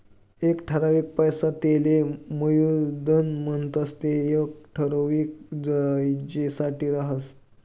एक ठरावीक पैसा तेले मुयधन म्हणतंस ते येक ठराविक याजसाठे राहस